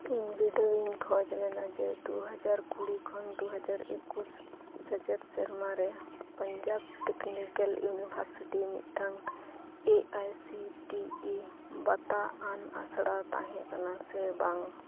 ᱤᱧ ᱵᱤᱰᱟᱹᱣ ᱤᱧ ᱠᱷᱚᱡᱽ ᱞᱮᱱᱟ ᱡᱮ ᱫᱩ ᱦᱟᱡᱟᱨ ᱠᱩᱲᱤ ᱠᱷᱚᱱ ᱫᱩ ᱦᱟᱡᱟᱨ ᱮᱠᱩᱥ ᱥᱮᱪᱮᱫ ᱥᱮᱨᱢᱟᱨᱮ ᱯᱟᱧᱡᱟᱵᱽ ᱴᱮᱠᱱᱤᱠᱮᱞ ᱤᱭᱩᱱᱤᱵᱷᱟᱨᱥᱤᱴᱤ ᱢᱤᱫᱴᱟᱝ A I C T E ᱵᱟᱛᱟᱣ ᱟᱱ ᱟᱥᱲᱟ ᱛᱟᱦᱮᱸ ᱠᱟᱱᱟ ᱥᱮ ᱵᱟᱝ